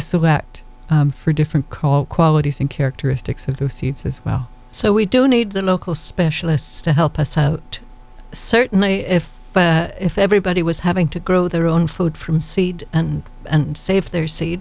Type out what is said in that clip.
select for different color qualities and characteristics of the seeds as well so we don't need the local specialists to help us out certainly if if everybody was having to grow their own food from seed and and save their seed